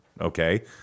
okay